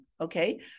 Okay